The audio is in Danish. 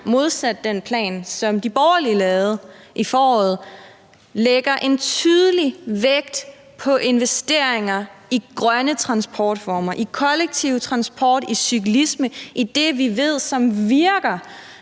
modsat den plan, som de borgerlige lavede i foråret – lægger en tydelig vægt på investeringer i grønne transportformer, i kollektiv transport, i cyklisme, altså det, vi ved virker,